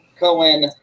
Cohen